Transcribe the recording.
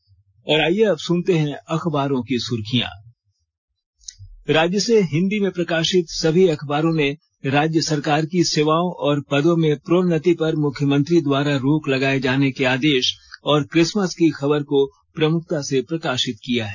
अखबारों की सुर्खियां आईये अब सुनते हैं अखबारों की सुर्खियां राज्य से हिन्दी में प्रकाशित सभी अखबारों ने राज्य सरकार की सेवाओं और पदों में प्रोन्नति पर मुख्यमंत्री द्वारा रोक लगाए जाने के आदेश और किसमस की खबर को प्रमुखता से प्रकाशित किया है